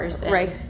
Right